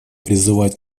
призывать